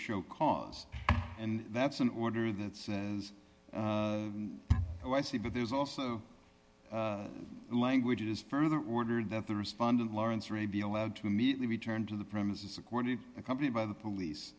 show cause and that's an order that's how i see but there's also languages further ordered that the respondent lawrence arabia allowed to immediately return to the premises according to a company by the police